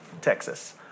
Texas